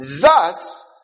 Thus